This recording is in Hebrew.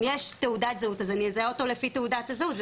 אם יש תעודת זהות אז אני אזהה אותו לפי תעודת הזהות.